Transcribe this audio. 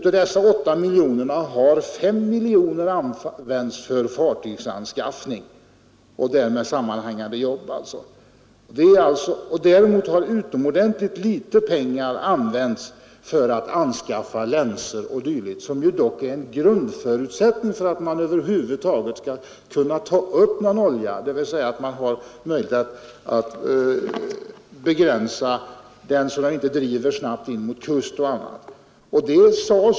Av dessa 8 miljoner kronor har 5 miljoner använts för fartygsanskaffning och därmed sammanhängande saker. Däremot har utomordentligt lite pengar använts för att anskaffa länsor o. d., som dock är en grundförutsättning för att man över huvud taget skall kunna ta upp någon olja. Man måste ha möjlighet att begränsa oljan, så att den inte snabbt driver in mot kust och annat.